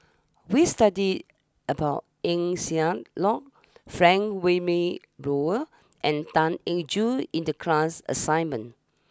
we studied about Eng Siak Loy Frank Wilmin Brewer and Tan Eng Joo in the class assignment